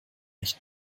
nicht